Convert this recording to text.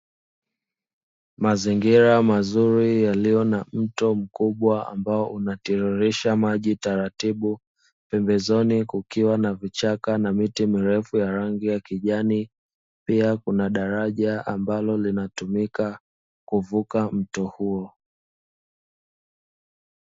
Mazingira mazuri yaliyo na mto mkubwa ambao unatiririsha maji taratibu, pembezoni kukiwa na vichaka na miti mirefu ya rangi ya kijani, pia kuna daraja ambalo linatumika kuvuka mto huo.